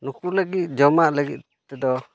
ᱱᱩᱠᱩ ᱞᱟᱹᱜᱤᱫ ᱡᱚᱢᱟᱜ ᱞᱟᱹᱜᱤᱫ ᱛᱮᱫᱚ